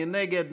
מי נגד?